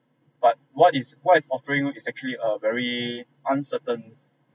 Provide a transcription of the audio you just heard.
but what it's what it's offering you is actually a very uncertain